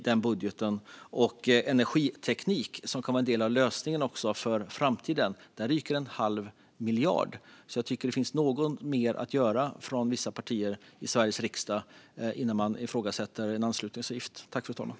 Och när det gäller energiteknik, som kan vara en del av lösningen för framtiden, rycker man bort en halv miljard kronor. Jag tycker därför att det finns något mer att göra från vissa partier i Sveriges riksdag innan de ifrågasätter borttagandet av en anslutningsavgift.